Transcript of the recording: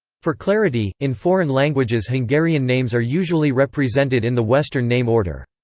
for clarity, in foreign languages hungarian names are usually represented in the western name order.